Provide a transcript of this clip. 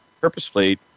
purposefully